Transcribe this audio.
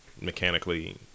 mechanically